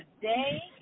today